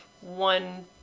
one